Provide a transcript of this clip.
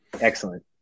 Excellent